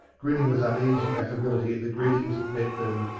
grinning with uneasy affability at the greetings that met them,